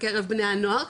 בקרב בני הנוער,